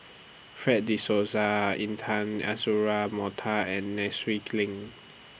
Fred De Souza Intan Azura Mokhtar and Nai Swee Leng